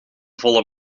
volle